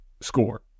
score